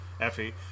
effie